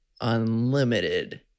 unlimited